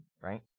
right